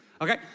okay